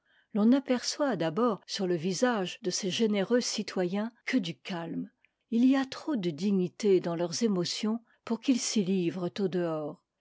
l'on n'aperçoit d'abord sur le visage de ces généreux citoyens que du calme il y a trop de dignité dans leurs émotions pour qu'ils s'y livrent au dehors